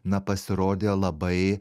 na pasirodė labai